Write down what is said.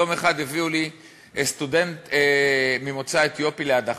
יום אחד הביאו לי צוער ממוצא אתיופי להדחה.